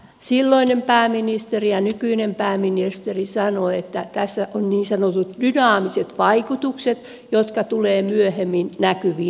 silloinen pääministeri ja nykyinen pääministeri sanoivat että tässä on niin sanotut dynaamiset vaikutukset jotka tulevat myöhemmin näkyviin